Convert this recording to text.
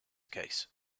case